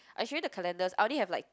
I show you the calendars I only have like